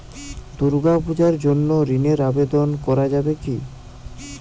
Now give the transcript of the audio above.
দুর্গাপূজার জন্য ঋণের আবেদন করা যাবে কি?